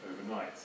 overnight